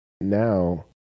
now